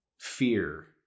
Fear